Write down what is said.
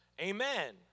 Amen